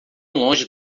longe